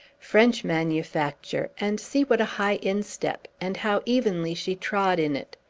french manufacture and see what a high instep! and how evenly she trod in it!